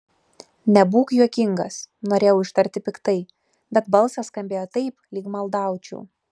nebūk juokingas norėjau ištarti piktai bet balsas skambėjo taip lyg maldaučiau